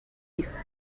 his